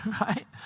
right